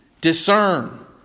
discern